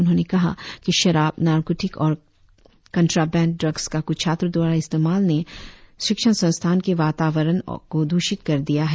उन्होंने कहा की शराब नारकोटिक और कंट्राबेंड ड्रग्स का कुछ छात्रों द्वारा इस्तेमाल ने शिक्षण संस्थान के वातावरण को द्वषित कर दिया है